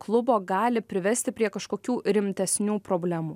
klubo gali privesti prie kažkokių rimtesnių problemų